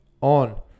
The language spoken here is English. on